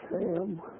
Sam